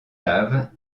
lave